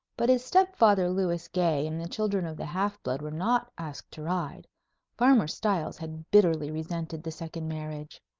but his step-father lewis gay and the children of the half-blood were not asked to ride farmer stiles had bitterly resented the second marriage.